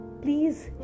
Please